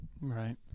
Right